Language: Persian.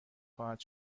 خواهد